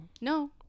no